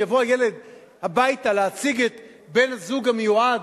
האם יבוא הילד הביתה להציג את בן-הזוג המיועד,